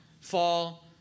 fall